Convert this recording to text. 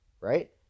right